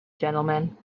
gentlemen